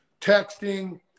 texting